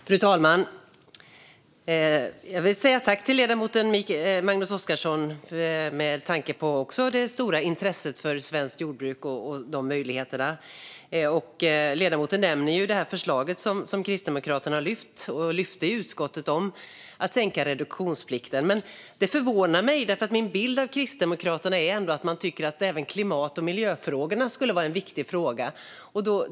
Fru talman! Jag vill säga tack till ledamoten Magnus Oscarsson med tanke på det stora intresset för svenskt jordbruk och dess möjligheter. Ledamoten nämner förslaget om att sänka reduktionsplikten, som Kristdemokraterna lyft i utskottet. Det förslaget förvånar mig, för min bild av Kristdemokraterna är ändå att man tycker att även klimat och miljöfrågorna är viktiga.